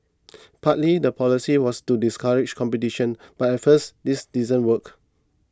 partly the policy was to discourage competition but at first this didn't work